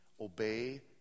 Obey